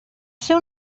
ser